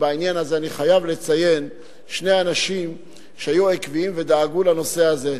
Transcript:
בעניין הזה אני חייב לציין שני אנשים שהיו עקביים ודאגו לנושא הזה: